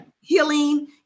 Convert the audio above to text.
healing